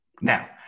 Now